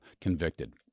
convicted